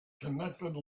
connected